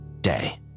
day